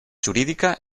jurídica